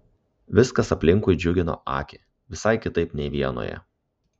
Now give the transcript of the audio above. viskas aplinkui džiugino akį visai kitaip nei vienoje